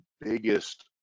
biggest